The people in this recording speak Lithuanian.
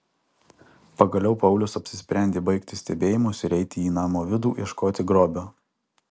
pagaliau paulius apsisprendė baigti stebėjimus ir eiti į namo vidų ieškoti grobio